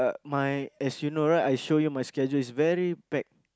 my as you know right I show you my schedule is very packed